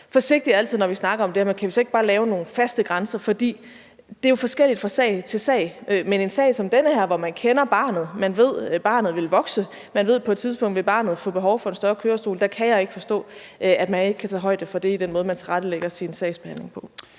spurgt, om vi så ikke bare kan lave nogle faste grænser, for det er jo forskelligt fra sag til sag, men i en sag som den her, hvor man kender barnet og ved, at barnet vil vokse, og man ved, at barnet på et tidspunkt vil få behov for en større kørestol, kan jeg ikke forstå, at man ikke kan tage højde for det i den måde, man tilrettelægger sin sagsbehandling på.